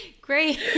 Great